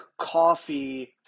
coffee